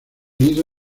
nido